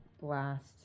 blast